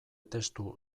testu